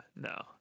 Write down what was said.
No